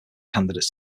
candidates